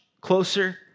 closer